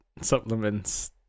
supplements